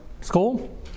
school